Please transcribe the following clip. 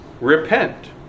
Repent